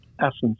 essence